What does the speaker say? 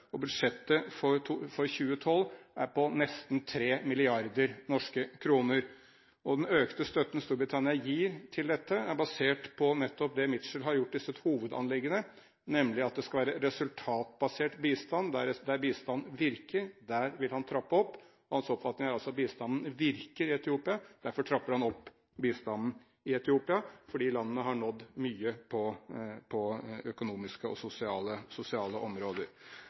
og budsjettet for 2012 er på nesten 3 mrd. norske kroner. Den økte støtten Storbritannia gir til dette, er basert på nettopp det Mitchell har gjort til sitt hovedanliggende, nemlig at det skal være resultatbasert bistand. Der bistanden virker, der vil han trappe opp. Hans oppfatning er altså at bistanden virker i Etiopia. Han trapper opp bistanden i Etiopia fordi landet har oppnådd mye på økonomiske og sosiale områder.